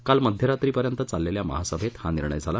काल मध्यरात्री पर्यंत चाललेल्या महासभेत हा निर्णय झाला